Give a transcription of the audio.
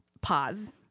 pause